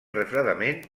refredament